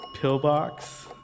Pillbox